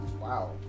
Wow